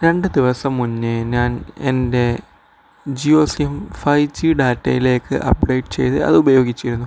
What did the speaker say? രണ്ട് ദിവസം മുമ്പ് ഞാൻ എൻ്റെ ജിയോ സിം ഫൈവ് ജി ഡാറ്റയിലേക്ക് അപ്ഡേറ്റ് ചെയ്ത് അത് ഉപയോഗിച്ചിരുന്നു